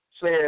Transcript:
says